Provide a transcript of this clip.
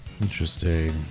Interesting